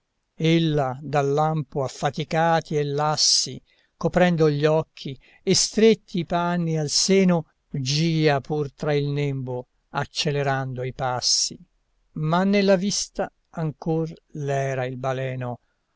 ella dal lampo affaticati e lassi coprendo gli occhi e stretti i panni al seno gìa pur tra il nembo accelerando i passi ma nella vista ancor l'era il baleno